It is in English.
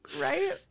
Right